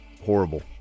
Horrible